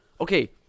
okay